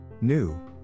New